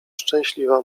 szczęśliwa